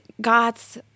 God's